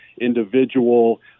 individual